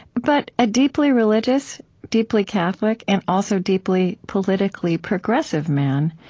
but a deeply religious, deeply catholic, and also deeply politically progressive man,